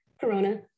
Corona